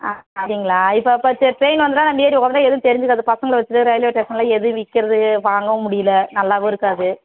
ஆ அப்படிங்களா இப்போ இப்போ சரி ட்ரெயின் வந்துவிட்டா நம்ம ஏறி உட்காந்துட்டா எதுவும் தெரிஞ்சிக்காது பசங்களை வச்சிட்டு ரயில்வே ஸ்டேஷனில் எதுவும் விற்கிறது வாங்கவும் முடியல நல்லாவும் இருக்காது